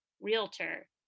realtor